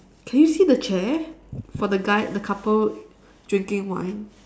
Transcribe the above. can you see the chair for the guy the couple drinking wine